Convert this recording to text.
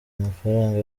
amafaranga